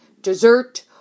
dessert